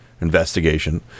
investigation